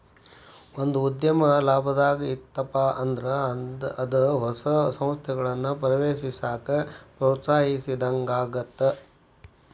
ಒಂದ ಉದ್ಯಮ ಲಾಭದಾಗ್ ಇತ್ತಪ ಅಂದ್ರ ಅದ ಹೊಸ ಸಂಸ್ಥೆಗಳನ್ನ ಪ್ರವೇಶಿಸಾಕ ಪ್ರೋತ್ಸಾಹಿಸಿದಂಗಾಗತ್ತ